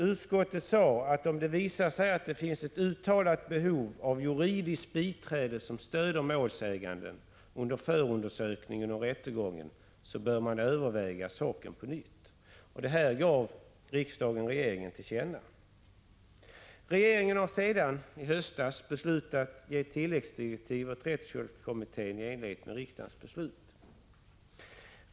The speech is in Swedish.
Utskottet sade att om det visar sig att det finns ett uttalat behov av juridiskt biträde som stöder målsäganden under förundersökningen och rättegången bör man överväga saken på nytt. Detta gav riksdagen regeringen till känna. Regeringen beslutade i höstas att ge tilläggsdirektiv till rättshjälpskommittén i enlighet med riksdagens beslut.